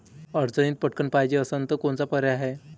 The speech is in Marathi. अडचणीत पटकण पायजे असन तर कोनचा पर्याय हाय?